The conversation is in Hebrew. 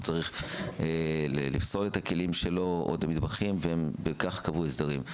צריך לפסול את הכלים שלו או את המטבחים ובכך קבעו הסדרים.